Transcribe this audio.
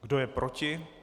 Kdo je proti?